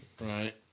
right